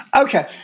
Okay